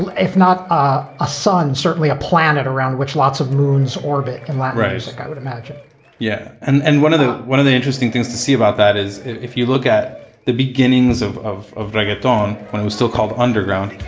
and if not ah a son, certainly a planet around which lots of moon's orbit in lambros like i would imagine yeah and and one of the one of the interesting things to see about that is if you look at the beginnings of of reggaeton when it was still called underground,